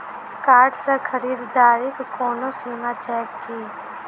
Card सँ खरीददारीक कोनो सीमा छैक की?